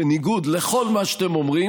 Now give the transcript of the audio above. בניגוד לכל מה שאתם אומרים,